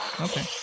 Okay